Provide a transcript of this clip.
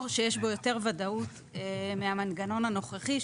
שיש בו יותר ודאות מהמנגנון הנוכחי,